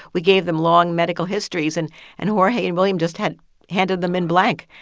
we gave them long medical histories, and and jorge and william just had handed them in blank.